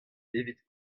evit